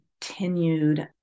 continued